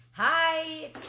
Hi